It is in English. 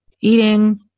eating